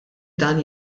dan